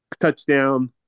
touchdown